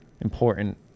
important